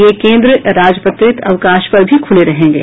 ये केंद्र राजपत्रित अवकाश पर भी खुले रहेंगे